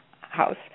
house